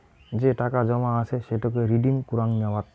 যে টাকা জমা আছে সেটোকে রিডিম কুরাং নেওয়াত